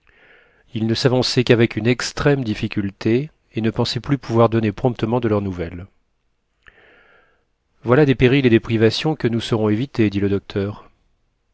ils ne s'avançaient qu'avec une extrême difficulté et ne pensaient plus pouvoir donner promptement de leurs nouvelles voilà des périls et des privations que nous saurons éviter dit le docteur